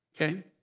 Okay